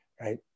right